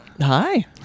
Hi